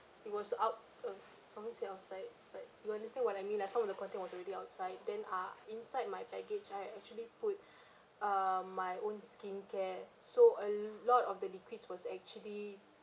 it was out of how do you say outside but you understand what I mean ah some of the content was already outside then ah inside my baggage I actually put uh my own skincare so a lot of the liquid was actually